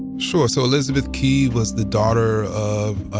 sure. so, elizabeth key was the daughter of